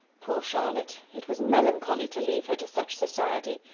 poor charlotte! it was melancholy to leave her to such society!